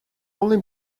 only